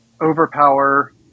overpower